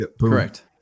correct